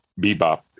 Bebop